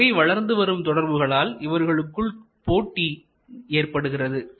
இந்த வகை வளர்ந்து வரும் தொடர்புகளால் இவர்களுக்குள் போட்டி ஏற்படுகிறது